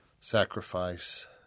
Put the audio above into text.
sacrifice